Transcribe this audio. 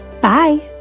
bye